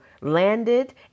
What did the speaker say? landed